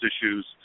issues